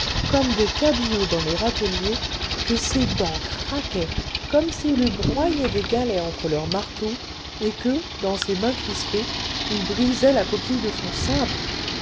comme des cabillots dans les râteliers que ses dents craquaient comme s'il eût broyé des galets entre leurs marteaux et que dans ses mains crispées il brisait la coquille de son sabre